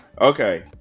Okay